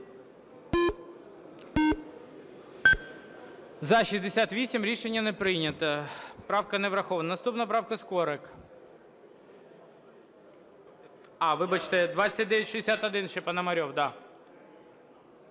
За-68 Рішення не прийнято. Правка не врахована. Наступна правка Скорик. А, вибачте, 2961, ще Пономарьов,